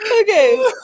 okay